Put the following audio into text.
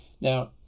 now